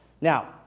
Now